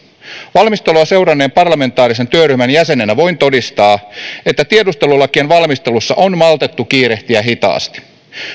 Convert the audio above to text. valmistelua seuranneen parlamentaarisen työryhmän jäsenenä voin todistaa että tiedustelulakien valmistelussa on maltettu kiirehtiä hitaasti